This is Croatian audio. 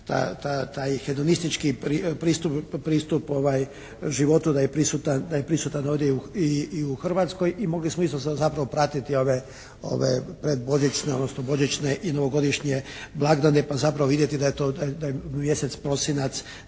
taj hedonistički pristup životu da je prisutan ovdje i u Hrvatskoj i mogli smo isto zapravo pratiti ove predbožićne, odnosno božićne i novogodišnje blagdane pa zapravo vidjeti da je to, da je mjesec prosinac